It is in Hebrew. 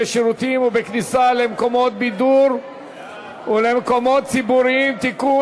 בשירותים ובכניסה למקומות בידור ולמקומות ציבוריים (תיקון,